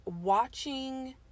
watching